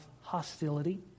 hostility